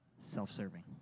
self-serving